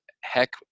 heck